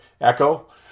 Echo